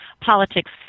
Politics